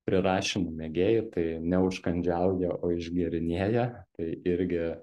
prirašymų mėgėjai tai neužkandžiauja o išgėrinėja tai irgi